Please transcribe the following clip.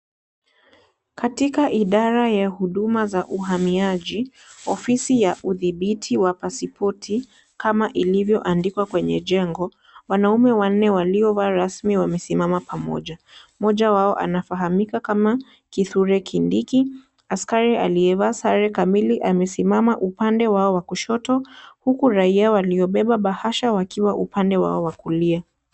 Katika idara ya huduma za uhamiaji, ofisi ya uthibiti wa pasipoti kama ilivyoandika kwenye jengo, wanaume wanne waliovaa rasmi wamesimama pamoja. Mmoja wawo anafahamika kama Kithure Kindiki, askari aliyevaa, sare kamili, amesimama upande wawo wa kushoto, huku raia waliobeba, bahasha wakiwa upande wao wa kulia.